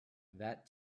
that